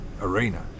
arena